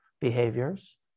behaviors